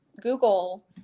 Google